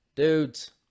Dudes